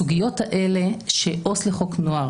הסוגיות האלה שעובד סוציאלי לחוק נוער